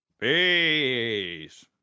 Peace